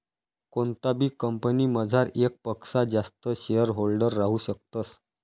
कोणताबी कंपनीमझार येकपक्सा जास्त शेअरहोल्डर राहू शकतस